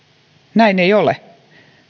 näin ei ole